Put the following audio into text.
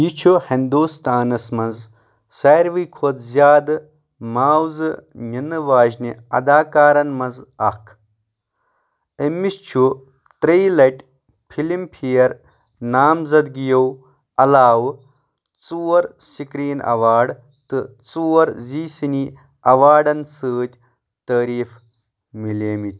یہِ چھُ ہنٛدوستانَس منٛز ساروٕے کھۄتہٕ زِیٛادٕ معاوضہٕ نِنہٕ واجنہِ اداکارَن منٛز اکھ أمِس چھُ ترٛیٚیہِ لَٹہِ فِلم فِیَر نامزدگِیوعلاوٕ ژور سکریٖن ایوارڈ تہٕ ژور زی سِنی ایوارڈَن سۭتۍ تٲریف مِلیمٕتۍ